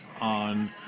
on